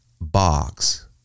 box